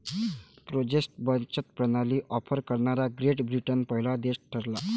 postage बचत प्रणाली offer करणारा ग्रेट ब्रिटन पहिला देश ठरला